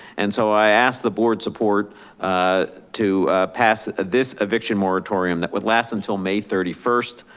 and so i asked the board support to pass this eviction moratorium that would last until may thirty first.